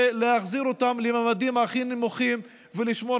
ולהחזיר אותם לממדים הכי נמוכים ולשמור